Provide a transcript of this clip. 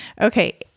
Okay